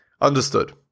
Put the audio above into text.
Understood